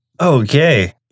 Okay